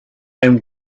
and